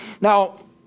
Now